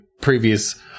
previous-